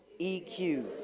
EQ